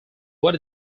what